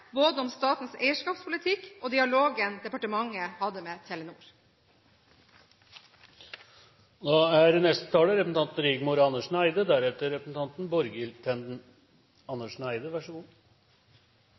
både om statens eierskapspolitikk og dialogen departementet hadde med Telenor.